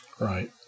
Right